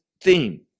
theme